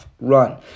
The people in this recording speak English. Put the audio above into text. run